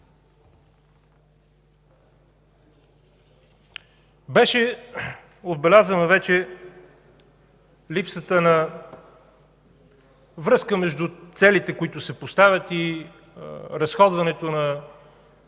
Беше отбелязана вече липсата на връзка между целите, които се поставят, и разходването на